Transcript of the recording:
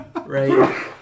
Right